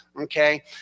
okay